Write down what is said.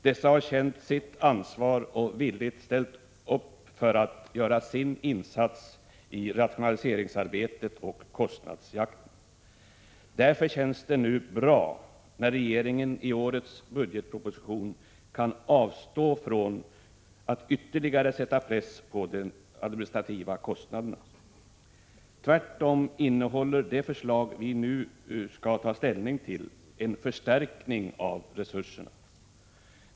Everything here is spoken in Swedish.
Personalen har känt sitt ansvar och villigt ställt upp för att göra sin insats i rationaliseringsarbetet och kostnadsjakten. Därför känns det nu bra, när regeringen i årets budgetproposition kunnat avstå från att ytterligare sätta press på de administrativa kostnaderna. Tvärtom innehåller det förslag vi nu skall ta ställning till en förstärkning av resurserna.